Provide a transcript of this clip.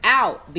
out